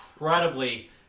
incredibly